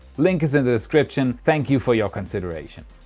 link is in the description. thank you for your consideration!